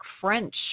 french